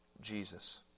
Jesus